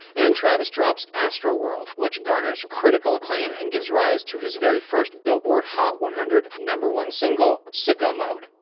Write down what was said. and travis drops astroworld, which garners critical acclaim and gives rise to his very first billboard hot one hundred number one single, sicko mode.